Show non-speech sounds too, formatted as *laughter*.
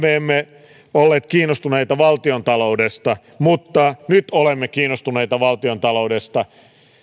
*unintelligible* me emme olleet kiinnostuneita valtiontaloudesta mutta nyt olemme kiinnostuneita valtiontaloudesta